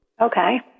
Okay